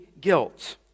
guilt